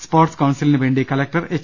sports കൌൺസിലിനു വേണ്ടി collector H